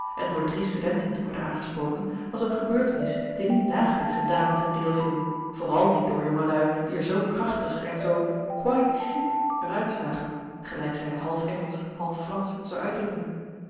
en door drie studenten te worden aangesproken was eene gebeurtenis die niet dagelijks eene dame ten deel viel vooral niet door jongelui die er zoo krachtig en zoo quite chique er uit zagen gelijk zij half engelsch half fransch zou uitdrukken